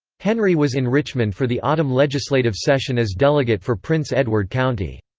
henry was in richmond for the autumn legislative session as delegate for prince edward county.